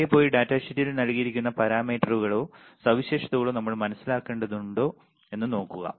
തിരികെ പോയി ഡാറ്റാ ഷീറ്റിൽ നൽകിയിരിക്കുന്ന പാരാമീറ്ററുകളോ സവിശേഷതകളോ നമ്മൾ മനസ്സിലാക്കുന്നുണ്ടോ എന്ന് നോക്കുക